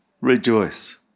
Rejoice